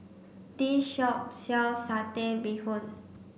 this shop sells satay bee hoon